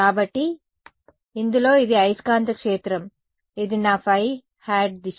కాబట్టి ఇందులో ఇది అయస్కాంత క్షేత్రం ఇది నా ϕˆ దిశ